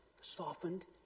softened